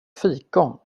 fikon